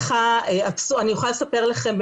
אני יכולה לספר לכם,